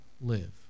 live